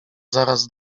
zaraz